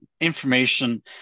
information